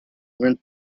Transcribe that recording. when